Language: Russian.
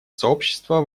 сообщества